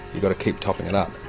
you've got to keep topping it up,